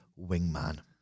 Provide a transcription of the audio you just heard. wingman